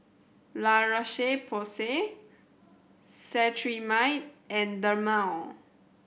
La Roche Porsay Cetrimide and Dermale